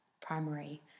primary